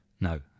No